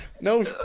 No